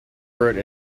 road